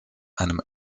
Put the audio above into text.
einem